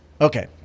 Okay